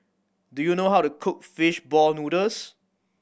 do you know how to cook fish ball noodles